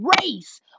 race